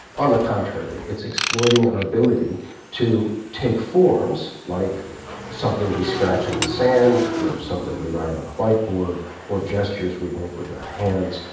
on the contrary, it's exploiting our ability to take forms, like something we scratch in the sand or something we write on a whiteboard or gestures we make with our hands,